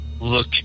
look